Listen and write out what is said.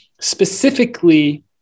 specifically